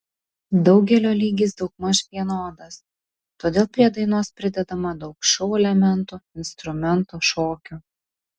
daugelio lygis daugmaž vienodas todėl prie dainos pridedama daug šou elementų instrumentų šokių